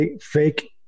fake